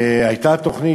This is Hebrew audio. הייתה תוכנית.